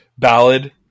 ballad